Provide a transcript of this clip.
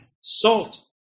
Salt